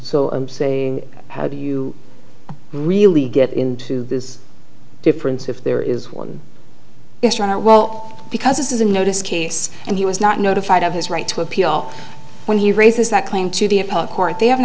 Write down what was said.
so i'm saying how do you really get into this difference if there is one issue on a well because this is a notice case and he was not notified of his right to appeal when he raises that claim to be a part court they have an